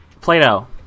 Plato